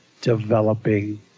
developing